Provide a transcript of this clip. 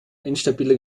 instabiler